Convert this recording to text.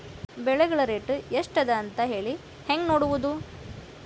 ಬೆಳೆಗಳ ರೇಟ್ ಎಷ್ಟ ಅದ ಅಂತ ಹೇಳಿ ಹೆಂಗ್ ನೋಡುವುದು?